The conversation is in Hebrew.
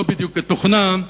לא בדיוק את תוכנה,